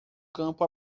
campo